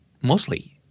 mostly